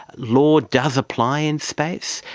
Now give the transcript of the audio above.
law does apply in space,